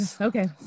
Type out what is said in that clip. Okay